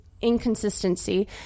inconsistency